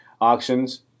auctions